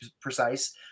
precise